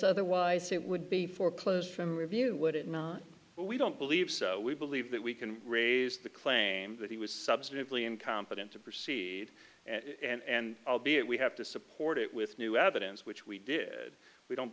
otherwise it would be foreclosed from review would it not we don't believe so we believe that we can raise the claim that he was substantively incompetent to proceed and albeit we have to support it with new evidence which we did we don't